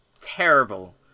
terrible